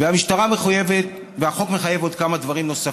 החוק מחייב עוד כמה דברים: